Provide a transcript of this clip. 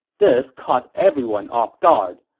this caught everyone off guard.